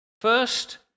First